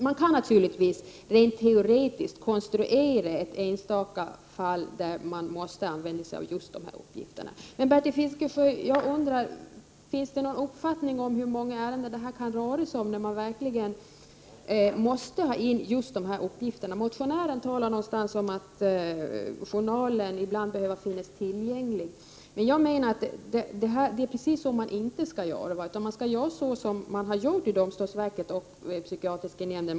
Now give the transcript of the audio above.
Man kan naturligtvis rent teoretiskt konstruera ett enstaka fall där man måste använda just dessa uppgifter, men, Bertil Fiskesjö, jag undrar: Finns det någon uppfattning om hur många ärenden det kan röra sig om där man verkligen måste ha in just de här uppgifterna? Motionären talade någonstans om att journalen ibland behöver finnas tillgänglig, men jag menar att det är precis så man inte skall göra. I stället skall man göra så som man har gjort i domstolsverket och psykiatriska nämnden.